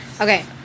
okay